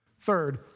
Third